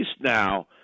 now –